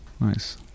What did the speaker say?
Nice